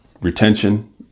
retention